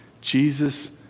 Jesus